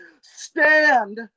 stand